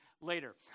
later